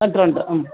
അത്രയും ഉണ്ട് ഉം